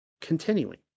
Continuing